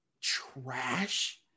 trash